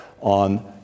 on